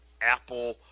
Apple